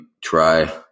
try